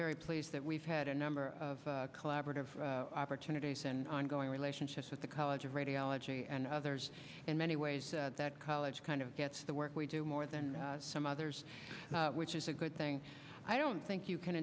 very pleased that we've had a number of collaborative opportunities and ongoing relationships with the college of radiology and others in many ways that college kind of gets the work we do more than some others which is a good thing i don't think you can